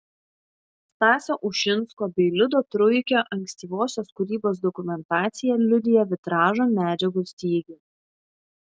stasio ušinsko bei liudo truikio ankstyvosios kūrybos dokumentacija liudija vitražo medžiagų stygių